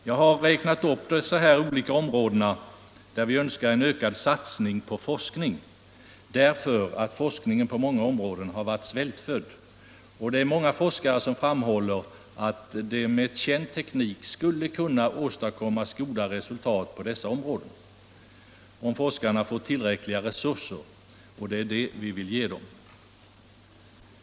Jag har nämnt dessa olika områden, där vi önskar ökad satsning på forskning, därför att forskningen på många områden har varit svältfödd Många forskare framhåller att det med känd teknik skulle kunna åstadkommas goda resultat på dessa områden, om forskarna bara kunde få tillräckliga resurser. Det är det vi vill ge dem.